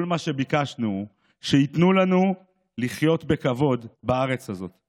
כל מה שביקשנו הוא שייתנו לנו לחיות בכבוד בארץ הזאת.